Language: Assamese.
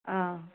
অঁ